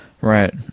Right